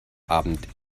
abend